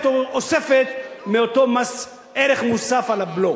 או אוספת מאותו מס ערך מוסף על הבלו.